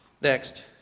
Next